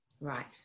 Right